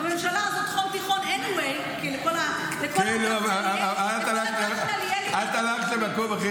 הממשלה הזאת כון תיכון בכל מקרה --- את הלכת למקום אחר.